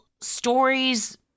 stories